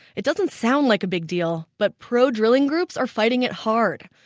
it doesn't sound like a big deal. but pro-drilling groups are fighting it hard,